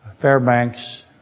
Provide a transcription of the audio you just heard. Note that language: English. Fairbanks